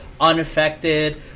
unaffected